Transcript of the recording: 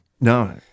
No